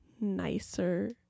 nicer